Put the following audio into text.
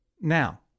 Now